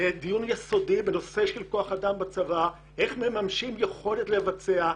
לדיון יסודי בנושא של כוח אדם בצבא איך מממשים יכולת לבצע,